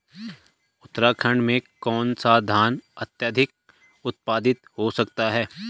उत्तराखंड में कौन सा धान अत्याधिक उत्पादित हो सकता है?